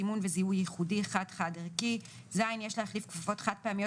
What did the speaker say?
סימון וזיהוי ייחודי (חד-חד ערכי); יש להחליף כפפות חד פעמיות